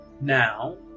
Now